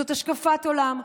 זה השקפת עולם,